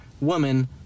woman